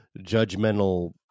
judgmental